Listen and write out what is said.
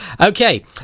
Okay